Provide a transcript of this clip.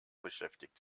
beschäftigt